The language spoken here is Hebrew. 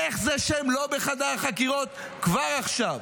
איך זה שהם לא בחדר החקירות כבר עכשיו?